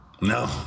No